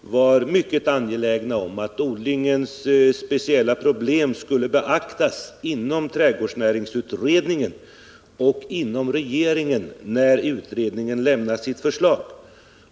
var mycket angelägen om att odlingens speciella problem skulle beaktas inom trädgårdsnäringsutredningen — och inom regeringen, när utredningen lämnat sitt förslag.